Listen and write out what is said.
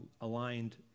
aligned